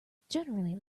generally